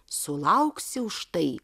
sulauksiu štai